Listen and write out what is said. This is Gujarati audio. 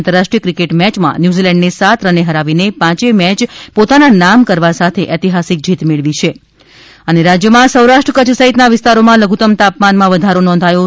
આંતરરાષ્ટ્રીય કિકેટ મેયમાં ન્યુઝીલેન્ડને સાત રને હરાવીને પાંચવે મેય પોતાના નામ કરવા સાથે ઐતિહાસિક જીત મેળવી છે રાજ્યમાં સૌરાષ્ટ્ કચ્છ સહિતના વિસ્તારોમાં ગઇકાલે લધુત્તમ તાપમાનમાં વધારો નોંધાયો છે